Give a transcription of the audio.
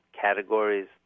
categories